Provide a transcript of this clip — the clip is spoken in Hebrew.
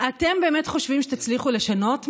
אתם באמת חושבים שתצליחו לשנות משהו,